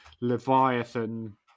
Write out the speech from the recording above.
Leviathan